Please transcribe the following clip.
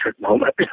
moment